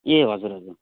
ए हजुर हजुर